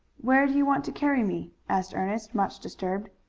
where do you want to carry me? asked ernest, much disturbed.